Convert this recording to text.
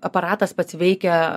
aparatas pats veikia